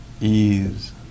ease